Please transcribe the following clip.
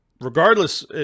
regardless